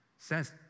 says